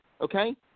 okay